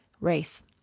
race